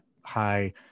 high